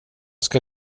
ska